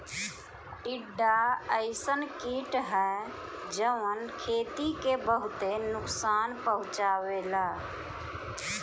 टिड्डा अइसन कीट ह जवन खेती के बहुते नुकसान पहुंचावेला